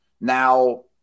Now